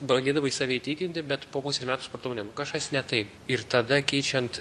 bandydavai save įtikinti bet po pusės metų supratau ne nu kažkas ne taip ir tada keičiant